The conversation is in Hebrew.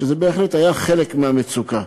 שזה בהחלט היה חלק מהמצוקה.